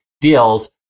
deals